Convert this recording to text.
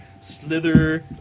Slither